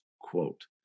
quote